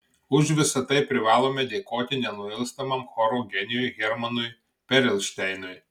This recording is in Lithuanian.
už visa tai privalome dėkoti nenuilstamam choro genijui hermanui perelšteinui